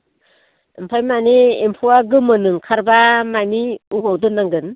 आमफ्राय मानि एम्फौआ गोमोन ओंखारबा मानि अबाव दोन्नांगोन